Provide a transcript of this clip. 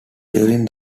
during